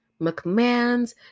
McMahons